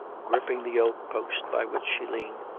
gripping the oak post by which she leaned,